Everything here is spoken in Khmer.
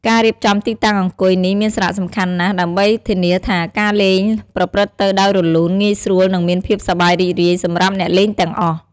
ការរៀបចំទីតាំងអង្គុយនេះមានសារៈសំខាន់ណាស់ ដើម្បីធានាថាការលេងប្រព្រឹត្តទៅដោយរលូន ងាយស្រួល និងមានភាពសប្បាយរីករាយសម្រាប់អ្នកលេងទាំងអស់។